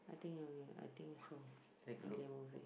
I think yeah I think it's a Malay movie